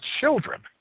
children